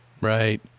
Right